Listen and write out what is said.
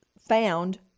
found